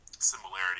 similarity